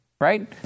right